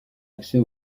accès